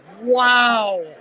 wow